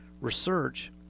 research